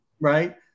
right